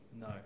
No